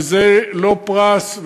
וזה לא פרס,